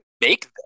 make